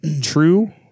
True